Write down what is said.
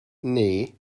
nee